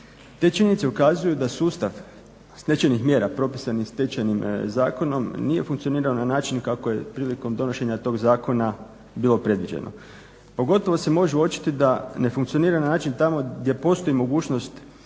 Te činjenice ukazuju da sustav stečajnih mjera propisanih Stečajnim zakonom nije funkcionirao na način kako je prilikom donošenja tog zakona bilo predviđeno. Pogotovo se može uočiti da ne funkcionira na način tamo gdje postoji mogućnost